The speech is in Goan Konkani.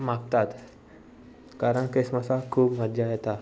मागतात कारण क्रिसमसाक खूब मज्जा येता